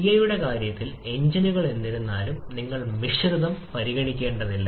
സിഐയുടെ കാര്യത്തിൽ എഞ്ചിനുകൾ എന്നിരുന്നാലും നിങ്ങൾ മിശ്രിതം പരിഗണിക്കേണ്ടതില്ല